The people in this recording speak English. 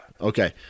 Okay